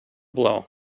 blow